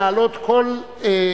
על מנת להכינה לקריאה